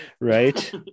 Right